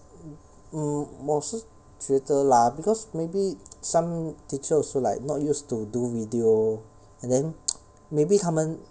hmm 我是觉得 lah because maybe some teacher also like not used to do video and then maybe 他们